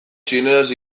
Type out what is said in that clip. txineraz